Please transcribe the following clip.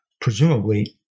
presumably